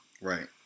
Right